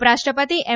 ઉપરાષ્ટ્રપતિ એમ